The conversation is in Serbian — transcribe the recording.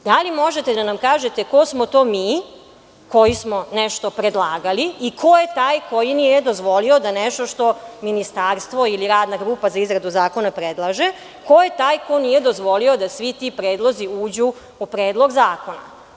Da li možete da nam kažete ko smo to mi koji smo nešto predlagali i ko je taj ko nije dozvolio da nešto što ministarstvo ili radna grupa za izradu zakona predlaže, ko je taj ko nije dozvolio da svi ti predlozi uđu u Predlog zakona?